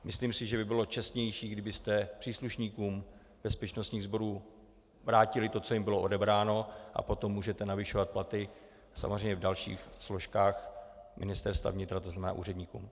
Myslím si, že by bylo čestnější, kdybyste příslušníkům bezpečnostních sborů vrátili to, co jim bylo odebráno, a potom můžete navyšovat platy samozřejmě v dalších složkách Ministerstva vnitra, to znamená úředníkům.